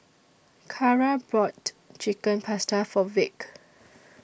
Carra bought Chicken Pasta For Vick